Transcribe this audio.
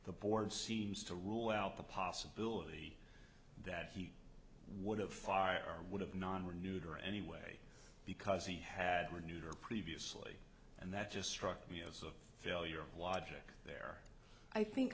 the board seems to rule out the possibility that he would have far would have non renewed or anyway because he had renewed her previously and that just struck me as a failure of logic there i think